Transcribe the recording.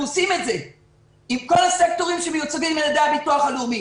אנחנו עושים את זה עם כל הסקטורים שמיוצגים על-ידי הביטוח הלאומי.